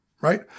right